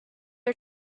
are